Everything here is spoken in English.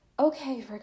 Okay